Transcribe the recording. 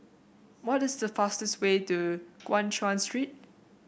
what is the fastest way to Guan Chuan Street